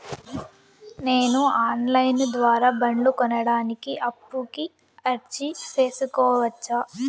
నేను online ద్వారా బండ్లు కొనడానికి అప్పుకి అర్జీ సేసుకోవచ్చా?